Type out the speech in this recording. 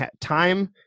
time